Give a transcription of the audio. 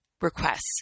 requests